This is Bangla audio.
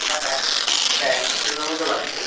প্রায় এক প্রায় এক কুইন্টালের মতো লাগবে